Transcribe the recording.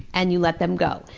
and you let them go.